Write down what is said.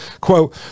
Quote